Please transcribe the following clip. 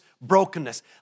Brokenness